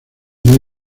muy